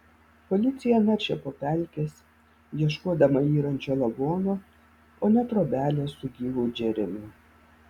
policija naršė po pelkes ieškodama yrančio lavono o ne trobelės su gyvu džeremiu